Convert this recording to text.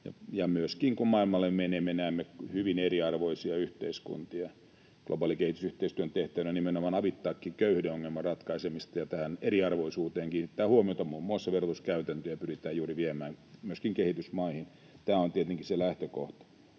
myöskin kun maailmalle menemme, näemme hyvin eriarvoisia yhteiskuntia. Globaalin kehitysyhteistyön tehtävänä on nimenomaan avittaakin köyhyyden ongelman ratkaisemista ja tähän eriarvoisuuteen kiinnittää huomiota. Muun muassa verotuskäytäntöjä pyritään juuri viemään myöskin kehitysmaihin. Tämä on tietenkin se lähtökohta.